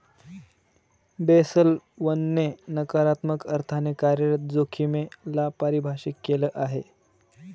Basel one ने नकारात्मक अर्थाने कार्यरत जोखिमे ला परिभाषित केलं आहे